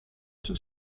two